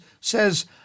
says